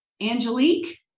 Angelique